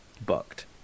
Booked